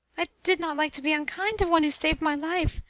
i did not like to be unkind to one who saved my life,